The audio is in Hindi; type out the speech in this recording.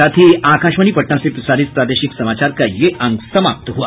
इसके साथ ही आकाशवाणी पटना से प्रसारित प्रादेशिक समाचार का ये अंक समाप्त हुआ